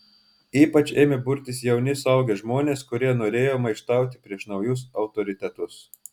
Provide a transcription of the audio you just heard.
ypač ėmė burtis jauni suaugę žmonės kurie norėjo maištauti prieš naujus autoritetus